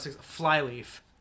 Flyleaf